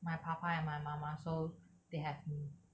my papa and my mama so they have me